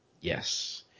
Yes